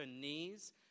knees